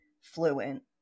fluent